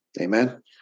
Amen